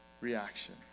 reaction